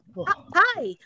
Hi